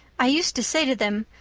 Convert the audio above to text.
i used to say to them,